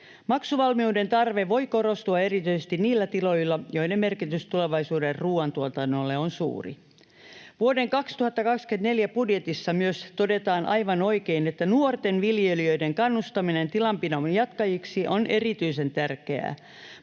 Maksuvalmiuden tarve voi korostua erityisesti niillä tiloilla, joiden merkitys tulevaisuuden ruuantuotannolle on suuri. Vuoden 2024 budjetissa todetaan myös aivan oikein, että nuorten viljelijöiden kannustaminen tilanpidon jatkajiksi on erityisen tärkeää.